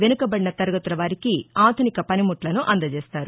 వెనుకబడిన తరగతుల వారికి ఆధునిక పనిముట్లను అందజేస్తారు